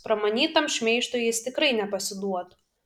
pramanytam šmeižtui jis tikrai nepasiduotų